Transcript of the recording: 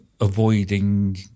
avoiding